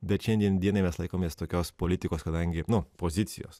bet šiandien dienai mes laikomės tokios politikos kadangi nu pozicijos